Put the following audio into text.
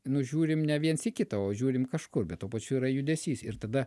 nu žiūrim ne viens į kitą o žiūrim kažkur bet tuo pačiu yra judesys ir tada